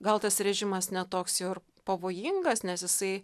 gal tas režimas ne toks jau ir pavojingas nes jisai